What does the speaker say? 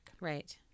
Right